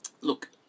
Look